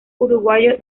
uruguayo